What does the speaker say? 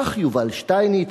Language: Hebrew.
כך יובל שטייניץ: